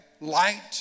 light